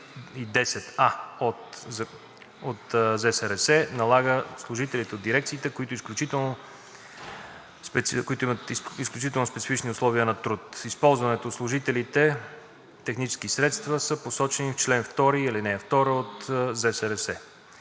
за СРС налага служителите от дирекциите, които полагат изключително специфични условия на труд. Използваните от служителите технически средства са посочени в чл. 2, ал.